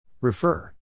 Refer